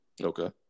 Okay